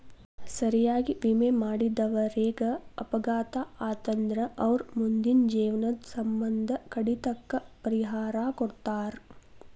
ಸರಿಯಾಗಿ ವಿಮೆ ಮಾಡಿದವರೇಗ ಅಪಘಾತ ಆತಂದ್ರ ಅವರ್ ಮುಂದಿನ ಜೇವ್ನದ್ ಸಮ್ಮಂದ ಕಡಿತಕ್ಕ ಪರಿಹಾರಾ ಕೊಡ್ತಾರ್